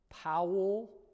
Powell